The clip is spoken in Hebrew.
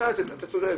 אתה צודק,